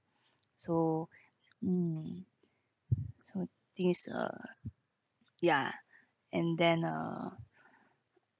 so mm so this uh ya and then uh